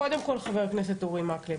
חבר הכנסת אורי מקלב,